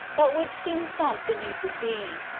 but which soon sunk beneath the sea.